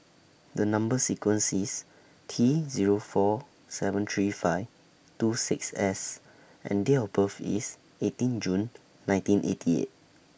The Number sequence IS T Zero four seven three five two six S and Date of birth IS eighteen June nineteen eighty eight